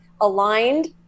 aligned